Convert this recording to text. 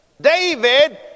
David